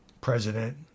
President